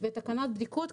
ותקנת בדיקות,